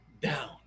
down